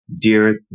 dear